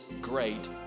great